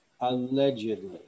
allegedly